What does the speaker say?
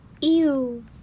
Ew